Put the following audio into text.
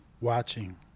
watching